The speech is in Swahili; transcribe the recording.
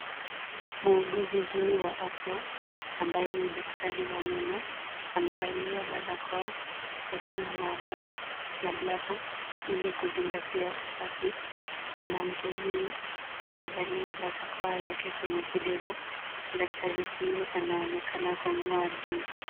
Muuguzi huyu wa afya ambaye ni daktari wa meno amevalia barakoa, koti ya maabara na glavu ili kuzingatia usafi. Mwanamke huyu amevalia barakoa yake kwenye kidevu. Daktari huyu anaonekana kumng'oa jino.